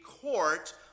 court